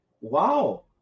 Wow